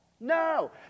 No